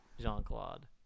Jean-Claude